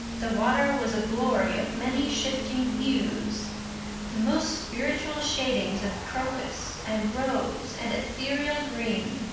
the water was a glory of many shifting hues the most spiritual shadings of crocus and rose and ethereal green,